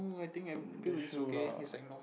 that's true lah